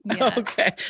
okay